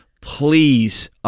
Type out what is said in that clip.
please